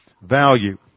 value